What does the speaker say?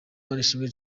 manishimwe